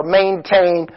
maintain